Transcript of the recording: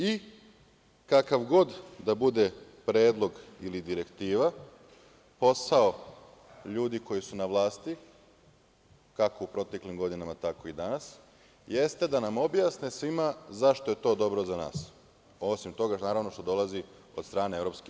I, kakav god da bude predlog ili direktiva, posao ljudi koji su na vlasti, kako u proteklim godinama, tako i danas, jeste da nam objasne svima zašto je to dobro za nas, osim toga, naravno, što dolazi od strane EU.